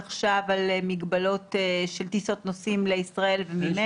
עכשיו על מגבלות של טיסות נוסעים לישראל וממנה.